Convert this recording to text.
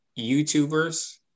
YouTubers